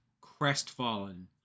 crestfallen